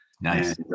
Nice